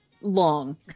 long